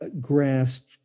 grasped